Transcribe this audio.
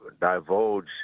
divulge